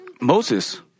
Moses